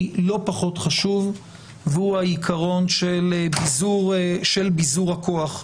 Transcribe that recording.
לא פחות חשוב והוא העיקרון של ביזור הכוח,